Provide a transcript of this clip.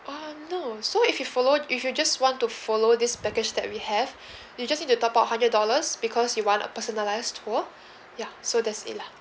um no so if you followed if you just want to follow this package that we have you just need to top up hundred dollars because you want a personalised tour yeah so that's it lah